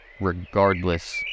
regardless